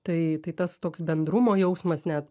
tai tai tas toks bendrumo jausmas net